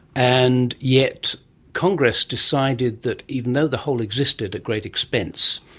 and yet congress decided that even though the hole existed at great expense,